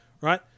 right